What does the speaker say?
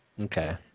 Okay